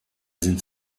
sind